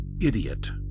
Idiot